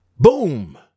Boom